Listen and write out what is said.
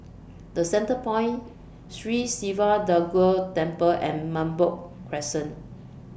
The Centrepoint Sri Siva Durga Temple and Merbok Crescent